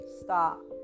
stop